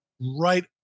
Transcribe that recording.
right